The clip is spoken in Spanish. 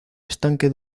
estanque